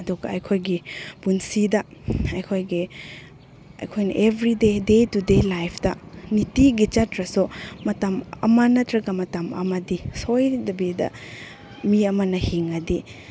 ꯑꯗꯨꯒ ꯑꯩꯈꯣꯏꯒꯤ ꯄꯨꯟꯁꯤꯗ ꯑꯩꯈꯣꯏꯒꯤ ꯑꯩꯈꯣꯏꯅ ꯑꯦꯕ꯭ꯔꯤꯗꯦ ꯗꯦ ꯇꯨ ꯗꯦ ꯂꯥꯏꯐꯇ ꯅꯨꯡꯇꯤꯒꯤ ꯆꯠꯇ꯭ꯔꯁꯨ ꯃꯇꯝ ꯑꯃ ꯅꯠꯇ꯭ꯔꯒ ꯃꯇꯝ ꯑꯃꯗꯤ ꯁꯣꯏꯗꯕꯤꯗ ꯃꯤ ꯑꯃꯅ ꯍꯤꯡꯉꯗꯤ